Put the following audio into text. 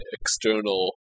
external